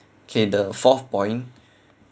okay the fourth point